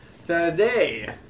Today